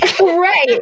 Right